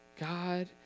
God